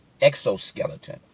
exoskeleton